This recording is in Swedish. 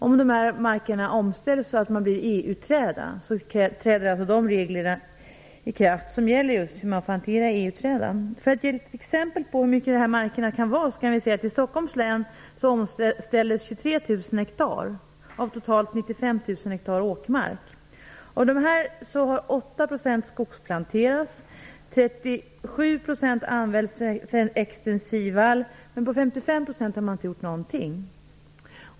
Om markerna omställs så att det blir EU-träda träder de regler i kraft som gäller just hur man får hantera EU-träda. Jag kan ge ett exempel på hur mycket mark det kan vara fråga om. I Stockholms län omställs 23 000 hektar av total 95 000 hektar åkermark. Av dessa har 8 % skogsplanterats, 37 % använts för extensiv vall, men på 55 % har man inte gjord någonting.